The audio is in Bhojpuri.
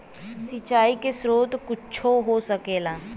सिंचाइ के स्रोत कुच्छो हो सकेला